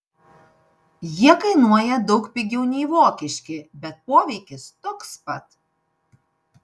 jie kainuoja daug pigiau nei vokiški bet poveikis toks pat